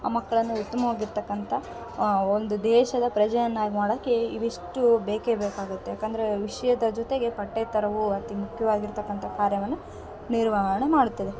ಆ ಮಕ್ಕಳಲ್ಲಿ ಉತ್ಮವಾಗಿರ್ತಕ್ಕಂಥ ಒಂದು ದೇಶದ ಪ್ರಜೆಯನ್ನಾಗಿ ಮಾಡಕ್ಕೆ ಇವಿಷ್ಟೂ ಬೇಕೇ ಬೇಕಾಗುತ್ತೆ ಯಾಕಂದರೆ ವಿಷಯದ ಜೊತೆಗೆ ಪಠ್ಯೇತರವೂ ಅತೀ ಮುಖ್ಯವಾಗಿರ್ತಕ್ಕಂತ ಕಾರ್ಯವನ್ನು ನಿರ್ವಹಣೆ ಮಾಡುತ್ತದೆ